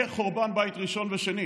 מחורבן בית ראשון ושני,